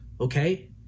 okay